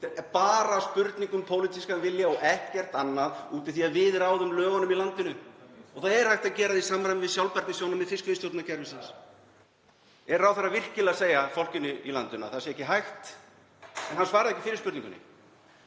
Það er bara spurning um pólitískan vilja og ekkert annað af því að við ráðum lögunum í landinu og það er hægt að gera það í samræmi við sjálfbærnisjónarmið fiskveiðistjórnarkerfisins. Er ráðherra virkilega að segja fólkinu í landinu að það sé ekki hægt? Hann svaraði ekki fyrri spurningunni: